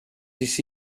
this